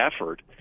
effort